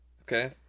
Okay